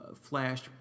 flash